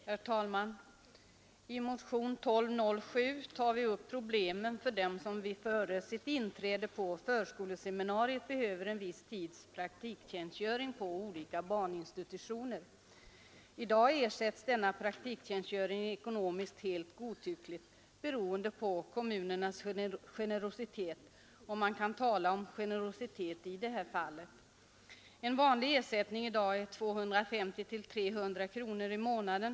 Herr talman! I motionen 1207 tar vi upp problemen för dem som före sitt inträde på förskoleseminariet behöver en viss tids praktiktjänstgöring på olika barninstitutioner. I dag ersätts denna praktiktjänstgöring ekonomiskt helt godtyckligt, beroende på kommunernas generositet — om man kan tala om generositet i det här fallet. En vanlig ersättning i dag är 250—300 kronor i månaden.